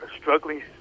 struggling